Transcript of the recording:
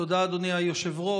תודה, אדוני היושב-ראש.